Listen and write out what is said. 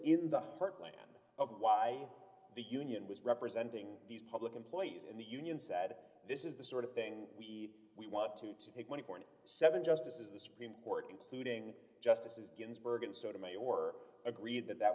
in the heartland of why the union was representing these public employees in the union said this is the sort of thing we we want to take one dollar justices the supreme court including justices ginsburg and sotomayor agreed that that